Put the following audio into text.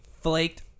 Flaked